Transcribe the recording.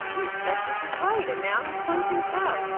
east texas is right and now he's punching cows,